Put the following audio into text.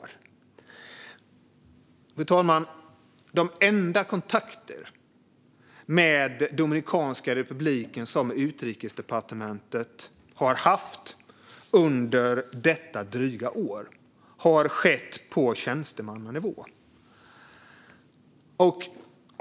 Fru talman! De enda kontakter med Dominikanska republiken som Utrikesdepartementet har haft under drygt ett år har skett på tjänstemannanivå.